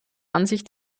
ansicht